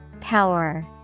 Power